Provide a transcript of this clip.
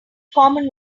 common